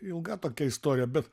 ilga tokia istorija bet